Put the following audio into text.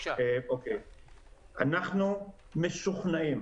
אנחנו משוכנעים